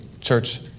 church